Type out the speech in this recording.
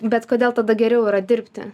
bet kodėl tada geriau yra dirbti